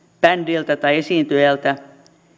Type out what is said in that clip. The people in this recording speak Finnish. bändiltä tai esiintyjältä